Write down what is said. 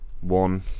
one